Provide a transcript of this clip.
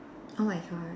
oh my god